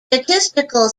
statistical